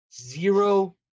zero